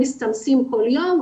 מסתמסים כל יום,